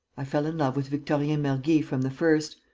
i fell in love with victorien mergy from the first.